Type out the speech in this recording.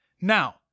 Now